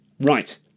Right